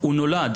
הוא נולד